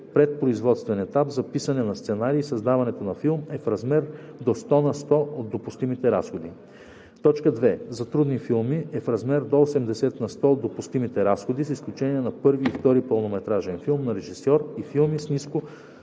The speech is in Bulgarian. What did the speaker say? предпроизводствен етап за писане на сценарий и създаването на филм е в размер до 100 на сто от допустимите разходи; 2. за трудни филми е в размер до 80 на сто от допустимите разходи с изключение на първи и втори пълнометражен филм на режисьор и филми с ниско